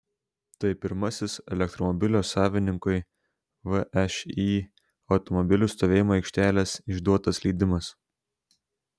tai pirmasis elektromobilio savininkui všį automobilių stovėjimo aikštelės išduotas leidimas